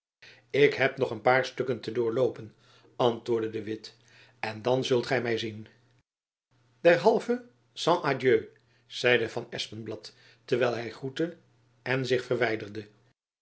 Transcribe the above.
ik heb nog een paar stukken te doorloopen antwoordde de witt en dan zult gy my zien derhalve sans adieu zeide van espenblad terwijl hy groette en zich verwijderde